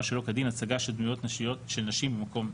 שלא כדין הצגה של דמויות נשיות של נשים במקום ציבורי.